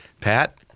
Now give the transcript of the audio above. Pat